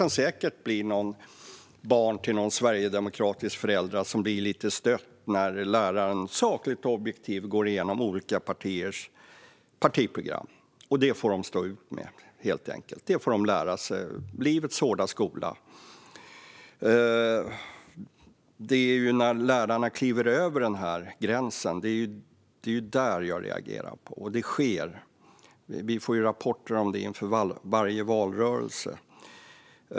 Något barn till en sverigedemokratisk förälder kan säkert bli lite stött när läraren sakligt och objektivt går igenom olika partiers partiprogram. Det får de helt enkelt stå ut med och lära sig - livets hårda skola. Det är när lärarna kliver över denna gräns jag reagerar. Och det sker; vi får rapporter om det inför varje valrörelse.